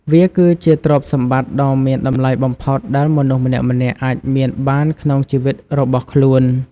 វាគឺជាទ្រព្យសម្បត្តិដ៏មានតម្លៃបំផុតដែលមនុស្សម្នាក់ៗអាចមានបានក្នុងជីវិតរបស់ខ្លួន។